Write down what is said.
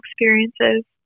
experiences